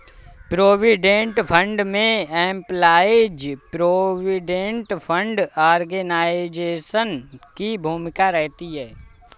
provident fund में employees provident fund organisation की भूमिका रहती है